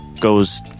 goes